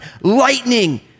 lightning